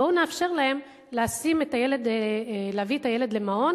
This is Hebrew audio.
בואו נאפשר להם להביא את הילד למעון